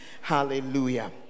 Hallelujah